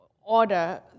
order